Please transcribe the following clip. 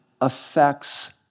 affects